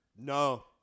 No